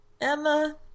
Emma